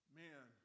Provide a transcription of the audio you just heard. man